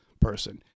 person